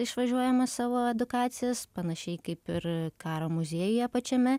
išvažiuojamas savo edukacijas panašiai kaip ir karo muziejuje pačiame